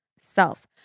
self